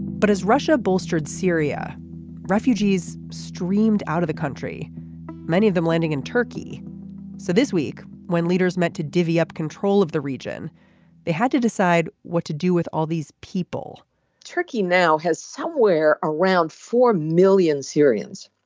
but as russia bolstered syria refugees streamed out of the country many of them landing in turkey so this week when leaders met to divvy up control of the region they had to decide what to do with all these people turkey now has somewhere around four million syrians.